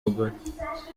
bagore